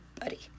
buddy